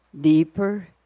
deeper